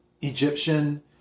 Egyptian